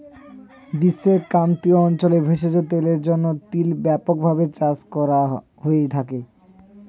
বিশ্বের ক্রান্তীয় অঞ্চলে ভোজ্য তেলের জন্য তিল ব্যাপকভাবে চাষ করা হয়ে থাকে